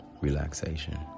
relaxation